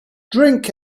drink